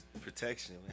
protection